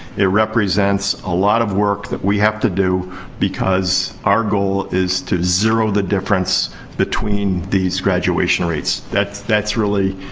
it represents a lot of work that we have to do because our goal is to zero the difference between these graduation rates. that's that's really